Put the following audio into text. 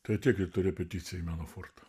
tai ateik rytoj į repeticiją į meno fortą